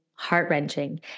heart-wrenching